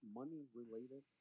money-related